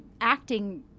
acting